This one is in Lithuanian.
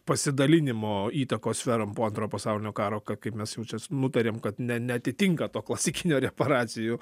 pasidalinimo įtakos sferom po antrojo pasaulinio karo ką kaip mes jau čia su nutarėm kad ne neatitinka to klasikinio reparacijų